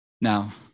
Now